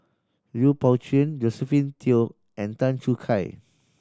Lui Pao Chuen Josephine Teo and Tan Choo Kai